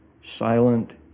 silent